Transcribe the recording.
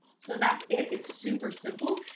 so that's it, it's super simple.